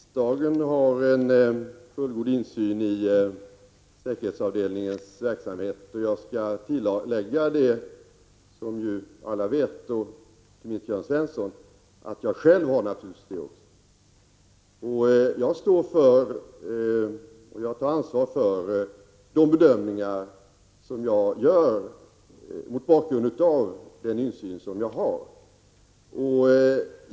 Herr talman! Jag nämnde att riksdagen har en fullgod insyn i säkerhetsavdelningens verksamhet, och jag skall tillägga det som alla, även Jörn Svensson, vet, nämligen att jag själv naturligtvis också har denna insyn. Jag står för och tar ansvar för de bedömningar som jag gör mot bakgrund av den insyn som jag har.